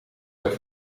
jouw